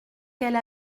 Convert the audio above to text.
qu’elle